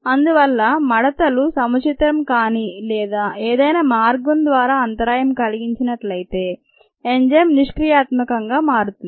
అందువల్ల మడత లు సముచితం కానిలేదా ఏదైనా మార్గం ద్వారా అంతరాయం కలిగించినట్లయితే ఎంజైమ్ నిష్క్రియాత్మకంగా మారుతుంది